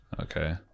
okay